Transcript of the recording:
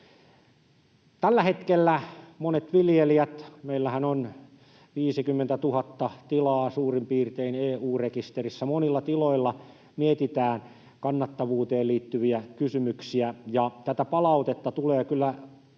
Tällä hetkellä monet viljelijät — meillähän on 50 000 tilaa suurin piirtein EU-rekisterissä — monilla tiloilla miettivät kannattavuuteen liittyviä kysymyksiä. Ja tätä palautetta tulee kyllä